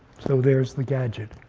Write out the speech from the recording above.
so there's the gadget.